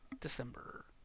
December